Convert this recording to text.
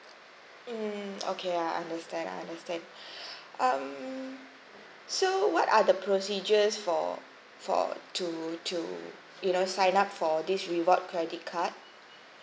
mm okay I understand I understand um so what are the procedures for for to to you know sign up for this reward credit card